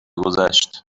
گذشت